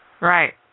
Right